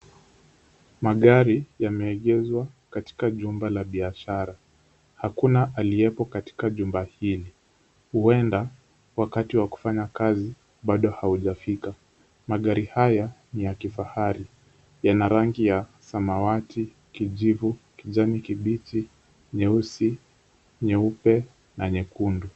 Magari yameegeshwa katika jumba la biashara. Hakuna aliyepo katika jumba hili. Huenda wakati wa kufanya kazi bado haujafika. Magari haya ni ya kifahari. Yana rangi ya samawati, kijivu, kijani kibichi, nyeusi, nyeupe na nyekundu.